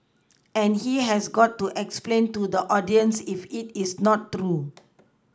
and he has got to explain to the audiences if it is not true